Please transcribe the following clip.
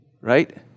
Right